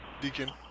Deacon